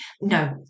No